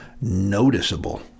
noticeable